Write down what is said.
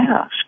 ask